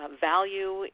value